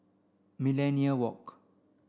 Millenia Walk